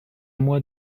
mois